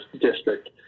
district